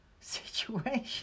situation